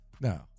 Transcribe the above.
No